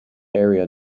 area